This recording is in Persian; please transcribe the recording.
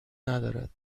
ندارد